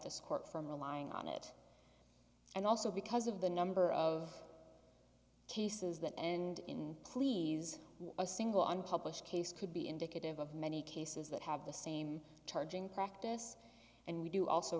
this court from relying on it and also because of the number of cases that end in please a single unpublished case could be indicative of many cases that have the same charging practice and we do also